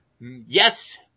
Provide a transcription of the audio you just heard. Yes